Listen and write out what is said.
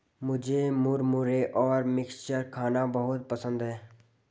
मुझे मुरमुरे और मिक्सचर खाना बहुत पसंद है